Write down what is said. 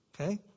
okay